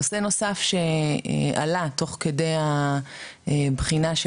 נושא נוסף שעלה תוך כדי הבחינה של